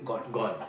gone